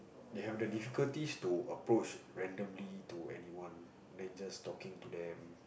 they have the difficulties to approach randomly to anyone then just talking to them